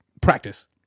Practice